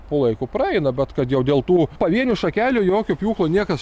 po laiko praeina bet kad jau dėl tų pavienių šakelių jokio pjūklo niekas